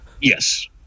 Yes